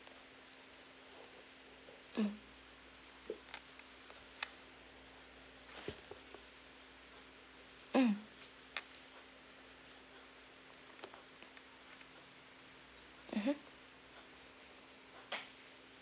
mm mm mmhmm